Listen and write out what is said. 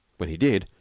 when he did,